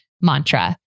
mantra